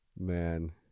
man